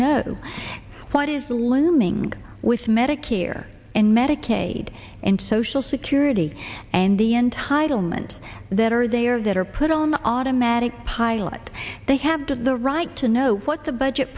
know what is looming with medicare and medicaid and social security and the entitlement that are they are that are put on automatic pilot they have the right to know what the budget